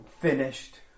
finished